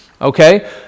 okay